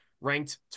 ranked